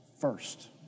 first